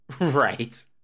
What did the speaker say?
Right